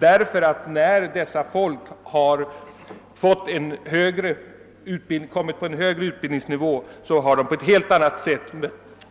Jag instämmer i svarets utformning. När människors utbildningsnivå höjs, får de helt andra